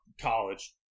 college